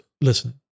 Listen